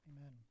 Amen